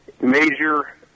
major